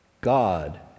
god